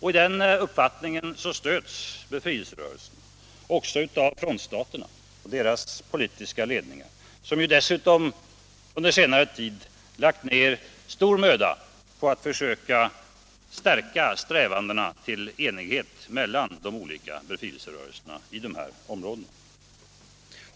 I denna uppfattning stöds befrielserörelserna av frontstaterna och deras politiska ledningar, som dessutom under senare tid har lagt ner stora ansträngningar på att stärka strävandena till enighet mellan de olika befrielserörelserna i dessa områden.